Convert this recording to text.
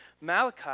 Malachi